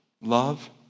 Love